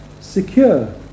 secure